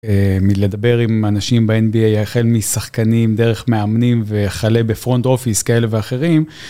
מלדבר עם אנשים ב-NBA החל משחקנים, דרך מאמנים וכלה בפרונט אופיס כאלה ואחרים.